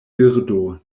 birdo